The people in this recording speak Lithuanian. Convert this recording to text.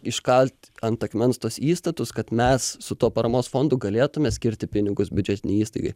iškalt ant akmens tuos įstatus kad mes su tuo paramos fondu galėtume skirti pinigus biudžetinei įstaigai